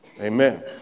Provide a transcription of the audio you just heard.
amen